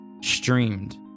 streamed